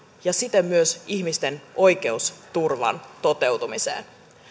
ja siten myös ihmisten oikeusturvan toteutumiseen